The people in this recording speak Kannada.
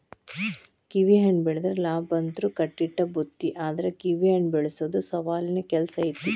ಕಿವಿಹಣ್ಣ ಬೆಳದ್ರ ಲಾಭಂತ್ರು ಕಟ್ಟಿಟ್ಟ ಬುತ್ತಿ ಆದ್ರ ಕಿವಿಹಣ್ಣ ಬೆಳಸೊದು ಸವಾಲಿನ ಕೆಲ್ಸ ಐತಿ